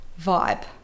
vibe